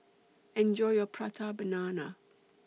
Enjoy your Prata Banana